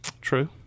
True